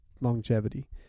longevity